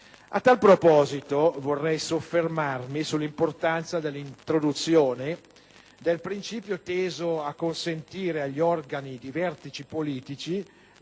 A tale proposito, vorrei soffermarmi sull'importanza dell'introduzione del principio teso a consentire agli organi di vertice politici